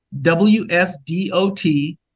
W-S-D-O-T